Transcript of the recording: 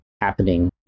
happening